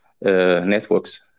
networks